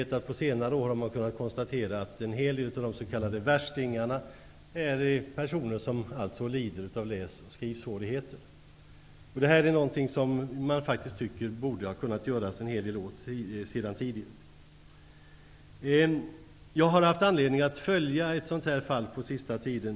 Under senare år har man kunnat konstatera att en hel del av de s.k. värstingarna är personer som lider av läs och skrivsvårigheter. Detta är någonting som man faktiskt tycker att det tidigt borde ha kunnat göras en hel del åt. Jag har haft anledning att följa ett sådant här fall på senaste tiden.